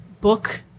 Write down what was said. book